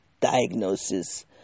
diagnosis